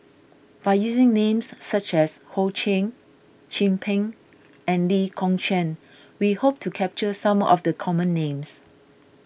by using names such as Ho Ching Chin Peng and Lee Kong Chian we hope to capture some of the common names